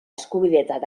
eskubidetzat